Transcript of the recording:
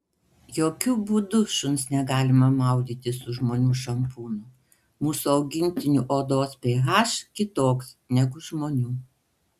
jokiu būdu šuns negalima maudyti su žmonių šampūnu mūsų augintinių odos ph kitoks negu žmonių